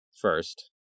first